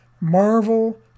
Marvel